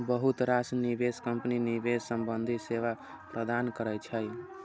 बहुत रास निवेश कंपनी निवेश संबंधी सेवा प्रदान करै छै